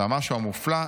והמשהו המופלא,